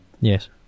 Yes